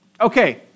Okay